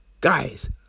Guys